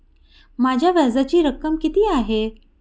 माझ्या व्याजाची रक्कम किती आहे?